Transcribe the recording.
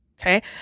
Okay